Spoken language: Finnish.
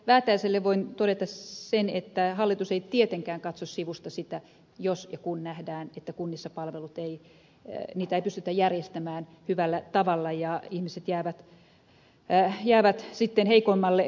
väätäiselle voin todeta sen että hallitus ei tietenkään katso sivusta sitä jos ja kun nähdään että kunnissa palveluita ei pystytä järjestämään hyvällä tavalla ja ihmiset jäävät sitten heikommalle palvelulle